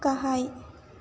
गाहाय